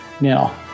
Now